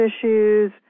issues